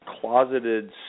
closeted